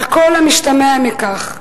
על כל המשתמע מכך.